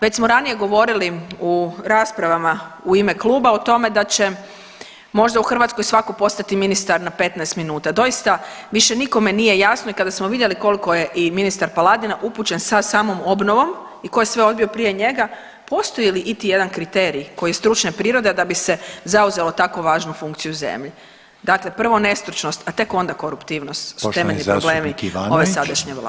Već smo ranije govorili u raspravama u ime kluba o tome da će možda u Hrvatskoj svako postati ministar na 15 minuta, doista više nikome nije jasno i kada smo vidjeli koliko je i ministar Paladina upućen sa samom obnovom i ko je sve odbio prije njega postoji li iti jedan kriterij koji je stručne prirode, a da bi se zauzelo tako važnu funkciju u zemlji, dakle prvo nestručnost, a tek onda koruptivnost su temeljni problemi ove sadašnje vlade.